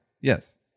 yes